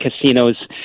casinos